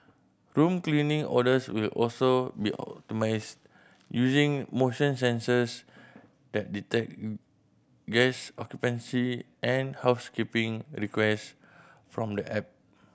room cleaning orders will also be optimised using motion sensors that detect guest occupancy and housekeeping request from the app